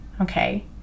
Okay